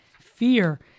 fear